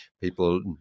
People